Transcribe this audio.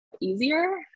easier